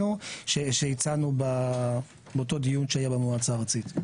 שהצענו באותו דיון שהיה במועצה הארצית.